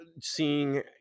seeing